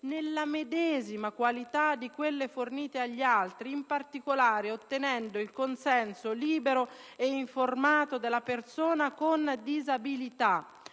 della medesima qualità di quelle fornite agli altri, in particolare ottenendo il consenso libero e informato della persona con disabilità